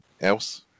else